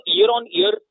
year-on-year